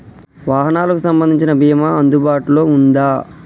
వాహనాలకు సంబంధించిన బీమా అందుబాటులో ఉందా?